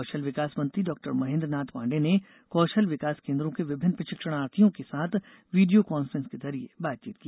कौशल विकास मंत्री डॉक्टर महेंद्र नाथ पांडेय ने कौशल विकास केंद्रो के विभिन्न प्रशिक्षणार्थियों के साथ वीडियो कांफ्रेंस के जरिए बातचीत की